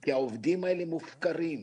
כי העובדים האלה מופקרים.